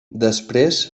després